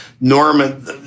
Norman